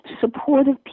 supportive